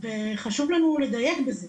וחשוב לנו לדייק בזה,